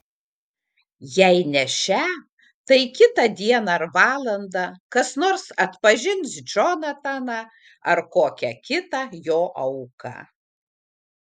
jei ne šią tai kitą dieną ar valandą kas nors atpažins džonataną ar kokią kitą jo auką